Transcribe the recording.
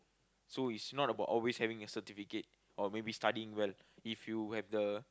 so it's not about always having a certificate or maybe studying well if you have the